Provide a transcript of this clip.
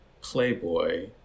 Playboy